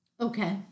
Okay